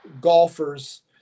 golfers